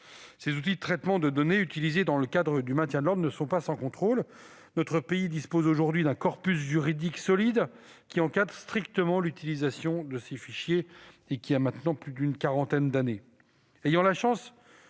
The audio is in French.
Ces outils de traitement de données utilisés dans le cadre du maintien de l'ordre ne sont pas sans contrôle. Notre pays dispose aujourd'hui d'un corpus juridique solide qui encadre strictement l'utilisation de ces fichiers depuis une quarantaine d'années.